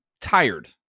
tired